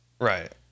Right